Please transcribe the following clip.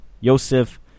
yosef